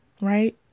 Right